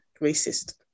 racist